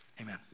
amen